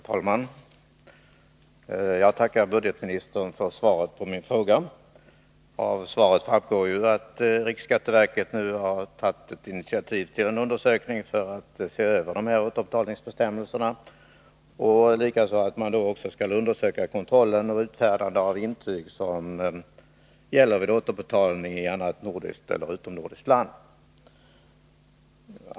Herr talman! Jag tackar budgetministern för svaret på min fråga. Av svaret framgår att riksskatteverket nu har tagit initiativ till en undersökning för att se över återbetalningsbestämmelserna, liksom att man skall undersöka kontrollen och utfärdandet av intyg som gäller vid återbetalning i annat nordiskt eller utomnordiskt land.